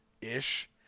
Ish